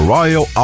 Royal